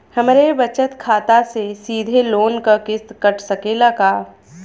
हमरे बचत खाते से सीधे लोन क किस्त कट सकेला का?